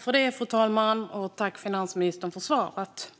Fru talman! Tack, finansministern, för svaret!